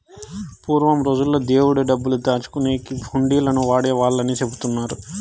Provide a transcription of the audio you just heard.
పూర్వం రోజుల్లో దేవుడి డబ్బులు దాచుకునేకి హుండీలను వాడేవాళ్ళని చెబుతున్నారు